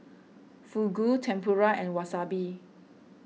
Fugu Tempura and Wasabi